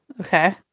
Okay